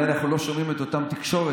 אולי אנחנו לא שומעים את אותה תקשורת.